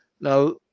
now